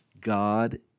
God